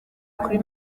kuri